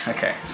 Okay